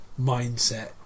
mindset